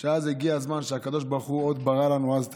שאז הגיע הזמן שהקדוש ברוך הוא ברא לנו את הגאולה.